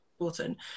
important